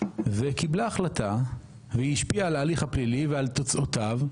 וקיבל החלטה והיא השפיעה על ההליך הפלילי ועל תוצאותיו.